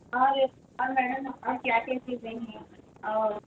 کیا کیا چیزیں ہیں اور